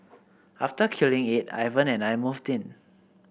after killing it Ivan and I moved in